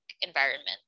environment